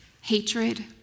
Hatred